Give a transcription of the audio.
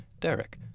Derek